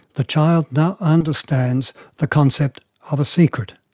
the child now understands the concept of a secret.